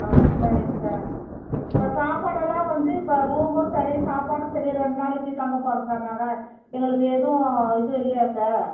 ஆ சரிங்க சார் இப்போ சாப்பாடெல்லாம் வந்து இப்போ ரூமும் சரி சாப்பாடும் சரி ரெண்ட்டு நாளைக்கு தங்க போகிறோம் சார் நாங்கள் எங்களுக்கு எதும் இது இல்லையா சார்